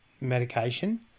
medication